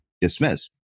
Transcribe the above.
dismiss